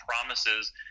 promises